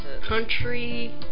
Country